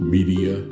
Media